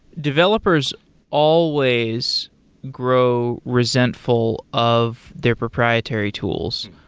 developers always grow resentful of their proprietary tools.